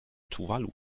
tuvalu